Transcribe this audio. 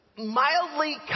Mildly